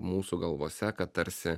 mūsų galvose kad tarsi